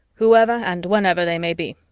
whoever and whenever they may be.